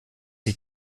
ich